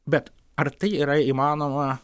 bet ar tai yra įmanoma